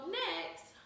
next